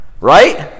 right